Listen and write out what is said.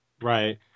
Right